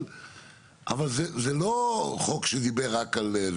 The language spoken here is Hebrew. אבל זה לא חוק שדיבר רק על זה.